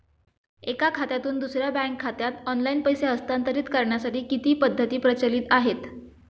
एका खात्यातून दुसऱ्या बँक खात्यात ऑनलाइन पैसे हस्तांतरित करण्यासाठी किती पद्धती प्रचलित आहेत?